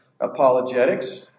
apologetics